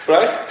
Right